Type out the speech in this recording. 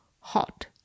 Hot